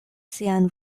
sian